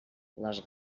les